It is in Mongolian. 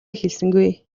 хэлсэнгүй